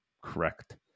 correct